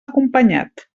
acompanyat